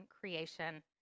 creation